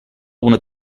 una